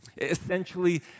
Essentially